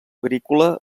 agrícola